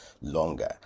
longer